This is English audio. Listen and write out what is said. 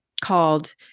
called